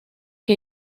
que